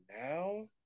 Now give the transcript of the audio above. now